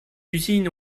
usines